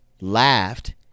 laughed